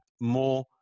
more